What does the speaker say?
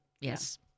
Yes